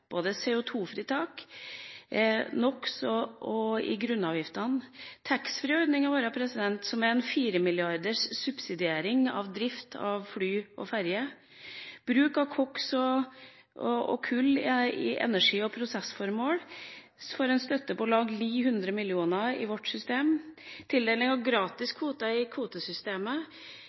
både når det gjelder CO2-fritak, NOx- og grunnavgiftene og taxfree-ordningene våre, som er en firemilliarders subsidiering av drift av fly og ferje. Bruk av koks og kull i energi- og prosessformål får en støtte på om lag 900 mill. kr i vårt system. Vi har tildeling av gratis kvoter i kvotesystemet,